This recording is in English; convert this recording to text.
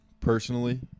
personally